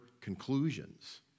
conclusions